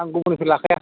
आं गुबुननिफ्राय लाखाया